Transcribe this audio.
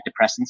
depressants